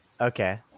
okay